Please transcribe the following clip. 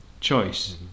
choice